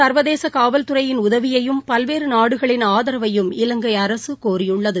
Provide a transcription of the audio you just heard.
சர்வதேச காவல்துறையின் உதவியயும் பல்வேறு நாடுகளின் ஆதரவையும் இலங்கை அரசு கோரியுள்ளது